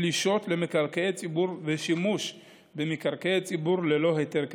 פלישות למקרקעי ציבור ושימוש במקרקעי ציבור ללא היתר כדין,